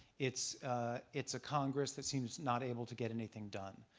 it's ah it's a congress that seems not able to get anything done.